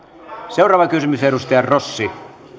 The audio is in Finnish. seuraava kysymys edustaja rossi